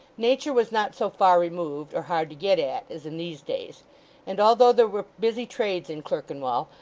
nature was not so far removed, or hard to get at, as in these days and although there were busy trades in clerkenwell,